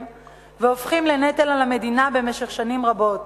והופכים לנטל על המדינה במשך שנים רבות.